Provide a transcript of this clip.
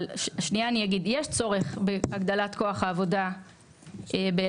אבל יש צורך בהגדלת כוח העבודה באילת,